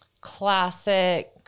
classic